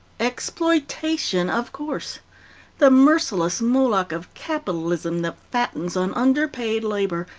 exploitation, of course the merciless moloch of capitalism that fattens on underpaid labor,